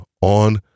on